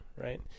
right